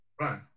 Right